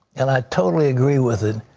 and i totally agree with it,